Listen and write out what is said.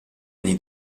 anni